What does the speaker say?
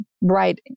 right